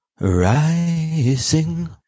Rising